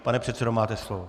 Pane předsedo, máte slovo.